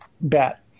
bet